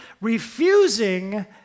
refusing